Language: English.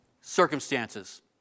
circumstances